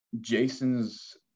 Jason's